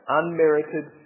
Unmerited